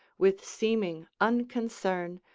with seeming unconcern,